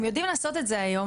הם יודעים לעשות את זה היום,